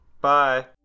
Bye